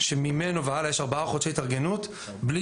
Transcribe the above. שממנו והלאה יש ארבעה חודשי התארגנות בלי